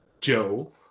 Joe